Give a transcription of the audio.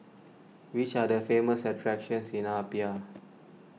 which are the famous attractions in Apia